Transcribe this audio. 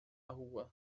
rua